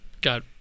got